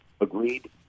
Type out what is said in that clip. agreed